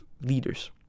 leaders